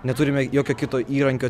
neturime jokio kito įrankio